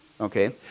okay